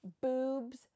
boobs